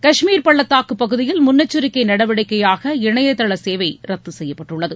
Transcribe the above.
கஷ்மீர் பள்ளத்தாக்கு பகுதியில் முன்னெச்சரிக்கை நடவடிக்கையாக இணையதள சேவை ரத்து செய்யப்பட்டுள்ளது